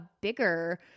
bigger